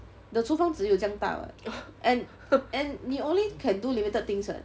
the 厨房只有这样大 what and and 你 only can do limited things [what]